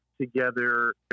together